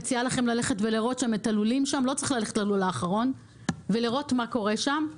ואני מציעה לכם ללכת ולראות שם את הלולים שם ולראות מה קורה שם.